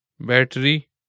Battery